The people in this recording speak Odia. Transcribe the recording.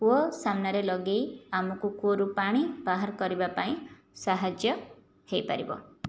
କୂଅ ସାମ୍ନାରେ ଲଗାଇ ଆମକୁ କୂଅରୁ ପାଣି ବାହାର କରିବା ପାଇଁ ସାହାଯ୍ୟ ହୋଇପାରିବ